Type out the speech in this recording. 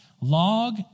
Log